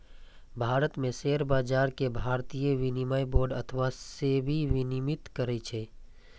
भारत मे शेयर बाजार कें भारतीय विनिमय बोर्ड अथवा सेबी विनियमित करै छै